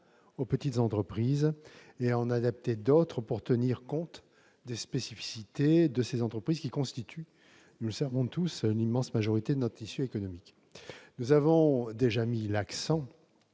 aux petites entreprises et à en adapter d'autres pour tenir compte des spécificités de ces entreprises, qui constituent, nous le savons tous, l'immense majorité de notre tissu économique. Nous avons déjà mis l'accent